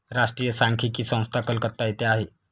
राष्ट्रीय सांख्यिकी संस्था कलकत्ता येथे आहे